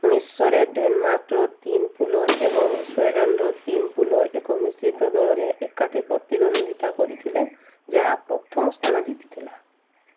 ଉଣେଇଶରେ ଡେନମାର୍କର ତିନି ପୁଲର୍ ଏବଂ ସ୍ୱିଡ଼େନର ତିନି ପୁଲର୍ ଏକ ମିଶ୍ରିତ ଦଳରେ ଏକାଠି ପ୍ରତିଦ୍ୱନ୍ଦ୍ୱିତା କରିଥିଲେ ଯାହା ପ୍ରଥମ ସ୍ଥାନ ଜିତିଥିଲା